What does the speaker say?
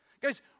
Guys